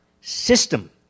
system